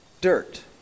dirt